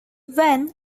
when